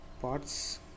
parts